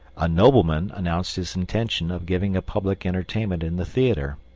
a nobleman announced his intention of giving a public entertainment in the theatre,